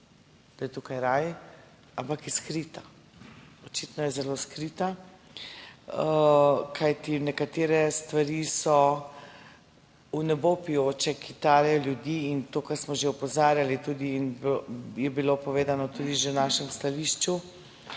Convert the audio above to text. da je tukaj raj, ampak je skrita, očitno je zelo skrita. Kajti, nekatere stvari so v nebo vpijoče, ki tarejo ljudi. In to kar smo že opozarjali tudi in je bilo povedano tudi že v našem stališču,